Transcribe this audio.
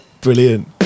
brilliant